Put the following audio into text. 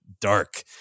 dark